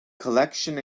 collection